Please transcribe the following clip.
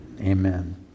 amen